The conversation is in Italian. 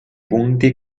punti